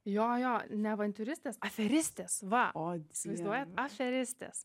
jojo ne avantiūristės aferistės va o įsivaizduojat aferistės